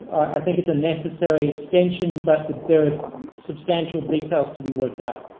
i think it's a necessary extension but there is substantial details to be worked out.